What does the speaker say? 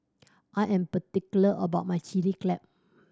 I am particular about my Chilli Crab